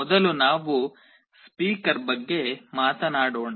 ಮೊದಲು ನಾವು ಸ್ಪೀಕರ್ ಬಗ್ಗೆ ಮಾತನಾಡೋಣ